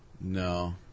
No